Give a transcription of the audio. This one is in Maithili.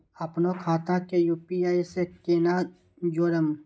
अपनो खाता के यू.पी.आई से केना जोरम?